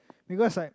because like